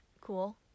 Cool